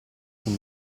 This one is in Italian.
sul